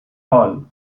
all